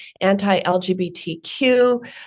anti-LGBTQ